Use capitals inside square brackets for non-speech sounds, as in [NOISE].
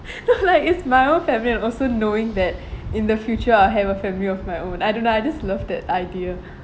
[LAUGHS] like it's my own family and also knowing that in the future [BREATH] I'll have a family of my own I don't know I just love that idea